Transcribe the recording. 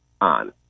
on